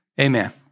Amen